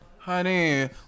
Honey